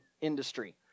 industry